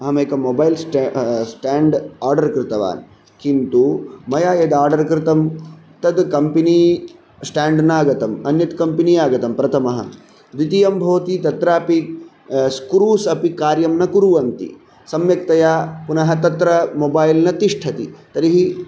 अहमेकं मोबैल् स्टे stand order कृतवान् किन्तु मया यद् आर्डर् कृतं तद् कम्पनी स्टेन्ड् नागतं अन्यत् कम्पनी आगतं प्रथमः द्वितीयं भवति तत्रापि स्क्रूस् अपि कार्यं न कुर्वन्ति सम्यक्तया पुनः तत्र मोबैल् न तिष्ठति तर्हि